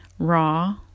raw